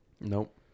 Nope